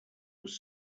was